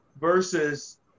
versus